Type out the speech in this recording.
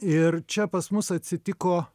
ir čia pas mus atsitiko